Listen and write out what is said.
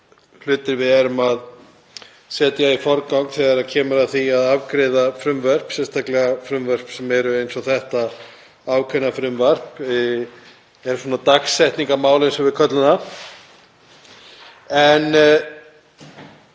hluti við erum að setja í forgang þegar kemur að því að afgreiða frumvörp, sérstaklega frumvörp sem eru eins og þetta ákveðna frumvarp, eru dagsetningarmál eins og við köllum það.